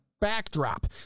Backdrop